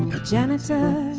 the janitor's